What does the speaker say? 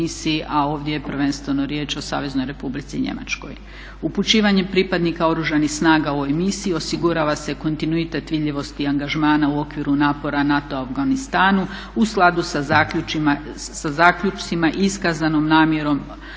a ovdje je prvenstveno riječ o Saveznoj Republici Njemačkoj. Upućivanje pripadnika Oružanih snaga u ovoj misiji osigurava se kontinuitet vidljivosti i angažmana u okviru napora NATO-a u Afganistanu u skladu sa zaključcima i iskazanom namjerom